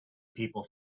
people